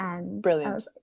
brilliant